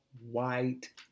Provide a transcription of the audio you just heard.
white